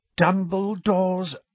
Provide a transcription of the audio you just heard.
Dumbledore's